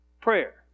Prayer